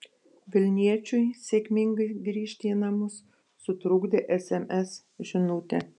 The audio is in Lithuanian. vilniečiui sėkmingai grįžti į namus sutrukdė sms žinutė